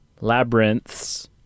Labyrinths